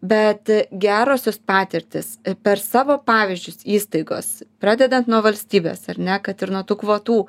bet gerosios patirtys per savo pavyzdžius įstaigos pradedant nuo valstybės ar ne kad ir nuo tų kvotų